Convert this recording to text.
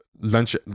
lunch